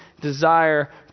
desire